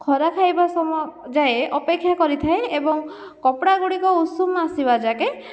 ଖରା ଖାଇବା ସମୟ ଯାଏଁ ଅପେକ୍ଷା କରିଥାଏ ଏବଂ କପଡ଼ାଗୁଡ଼ିକ ଉଷୁମ ଆସିବା ଯାଏଁକେ